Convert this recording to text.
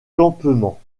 campements